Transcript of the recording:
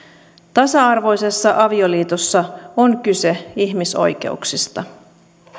tasa arvoisessa avioliitossa on kyse ihmisoikeuksista